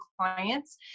clients